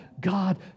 God